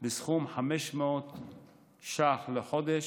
בסכום 500 ש"ח לחודש,